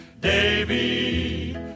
Davy